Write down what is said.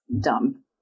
dumb